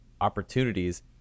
opportunities